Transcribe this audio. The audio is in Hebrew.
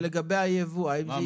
כן, אבל לגבי הייבוא, האם זה יפגע?